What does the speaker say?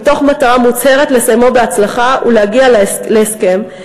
מתוך מטרה מוצהרת לסיימו בהצלחה ולהגיע להסכם,